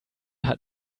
hat